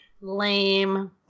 Lame